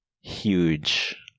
huge